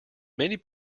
many